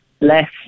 less